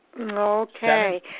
Okay